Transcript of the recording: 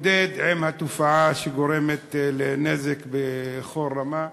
מתמודד עם התופעה, שגורמת נזק בכל רמה?